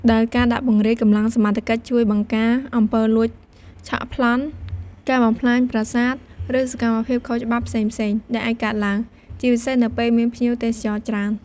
ដែលការដាក់ពង្រាយកម្លាំងសមត្ថកិច្ចជួយ បង្ការអំពើលួច ឆក់ ប្លន់ ការបំផ្លាញប្រាសាទ ឬសកម្មភាពខុសច្បាប់ផ្សេងៗ ដែលអាចកើតឡើង ជាពិសេសនៅពេលមានភ្ញៀវទេសចរណ៍ច្រើន។